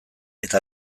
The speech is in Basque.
eta